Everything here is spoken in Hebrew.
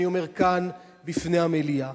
ואני אומר כאן בפני המליאה,